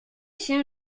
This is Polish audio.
się